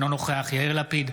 אינו נוכח יאיר לפיד,